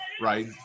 right